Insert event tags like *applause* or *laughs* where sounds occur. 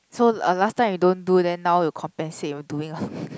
so uh last time you don't do then now you compensate you doing *laughs*